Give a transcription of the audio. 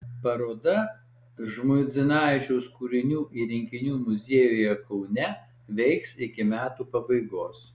paroda žmuidzinavičiaus kūrinių ir rinkinių muziejuje kaune veiks iki metų pabaigos